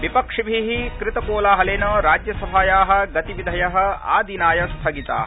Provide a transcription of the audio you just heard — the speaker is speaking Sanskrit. विपक्षिभि कृतकोलाहलेन राज्यसभाया गतिविधय आदिनाय स्थगिता